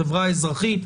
לחברה האזרחית,